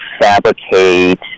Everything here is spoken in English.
fabricate